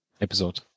episode